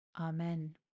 Amen